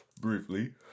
Briefly